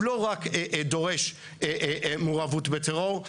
הוא לא רק דורש מעורבות בטרור,